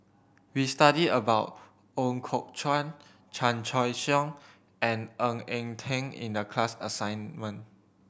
we study about Ooi Kok Chuen Chan Choy Siong and Ng Eng Teng in the class assignment